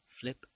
flip